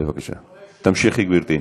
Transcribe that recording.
בבקשה, תמשיכי, גברתי.